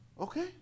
Okay